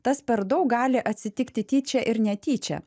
tas per daug gali atsitikti tyčia ir netyčia